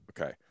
Okay